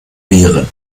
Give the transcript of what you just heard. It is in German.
wehren